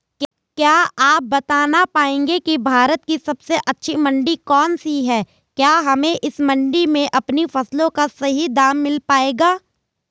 क्या आप बताना पाएंगे कि भारत की सबसे अच्छी मंडी कौन सी है क्या हमें इस मंडी में अपनी फसलों का सही दाम मिल पायेगा?